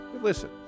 listen